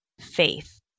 faith